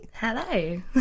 Hello